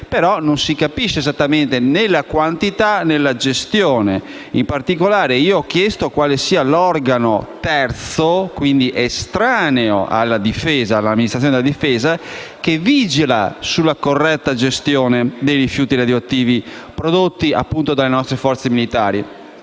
ma non si capisce esattamente né in quale quantità né come sia stato gestito. In particolare, ho chiesto quale sia l’organo terzo, e quindi estraneo all’amministrazione della Difesa, che vigila sulla corretta gestione dei rifiuti radioattivi prodotti dalle nostre forze militari.